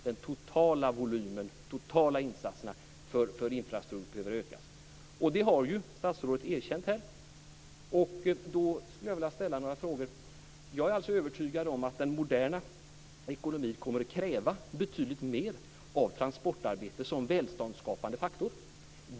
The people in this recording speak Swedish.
Den totala volymen och de totala insatserna för infrastrukturen behöver öka, och det har ju statsrådet erkänt här. Jag skulle vilja ställa några frågor. Jag är övertygad om att den moderna ekonomin kommer att kräva betydligt mer av transportarbete som välståndsskapande faktor.